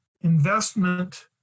investment